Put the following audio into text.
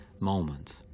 moment